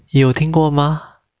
有听过吗